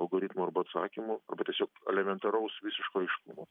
algoritmų arba atsakymų arba tiesiog elementaraus visiško aiškumo